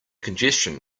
congestion